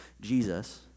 Jesus